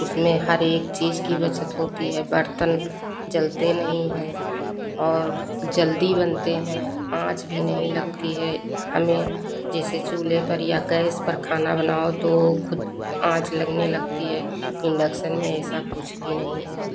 उसमें हर एक चीज की बचत होती है बर्तन जलते नहीं है और जल्दी बनते हैं आंच भी नई लगती है हमें जैसे चूल्हे पर या गैस पर खाना बनाओ तो खुद आंच लगने लगती है इंडक्शन में ऐसा कुछ भी नहीं है